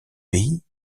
pays